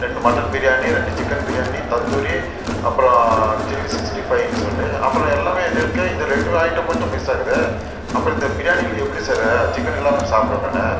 ரெண்டு மட்டன் பிரியாணி ரெண்டு சிக்கன் பிரியாணி தந்தூரி அப்புறோம் சில்லி சிக்ஸ்ட்டி ஃபைன்னு சொல்லி அப்புறோம் எல்லாமே இது இருக்குது இது ரெண்டு ஐட்டம் மட்டும் மிஸ் ஆகுதே அப்புறோம் இந்த பிரியாணியில் எப்படி சார் சிக்கன் இல்லாமல் சாப்பிடுவேன் நான்